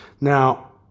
Now